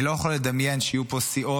אני לא יכול לדמיין שתהיינה פה סיעות